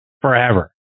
forever